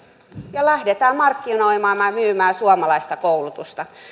ja lähteä markkinoimaan ja myymään suomalaista koulutusta